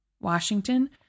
Washington